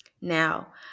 Now